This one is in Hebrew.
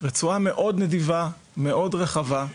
רצועה מאוד נדיבה, מאוד רחבה.